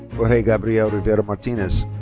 jorge gabriel rivera-martinez.